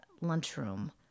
lunchroom